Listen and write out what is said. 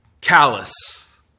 callous